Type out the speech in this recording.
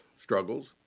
struggles